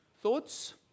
Thoughts